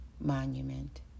Monument